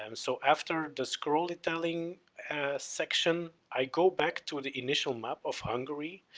um so after the scrollytelling section i go back to the initial map of hungary.